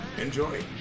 Enjoy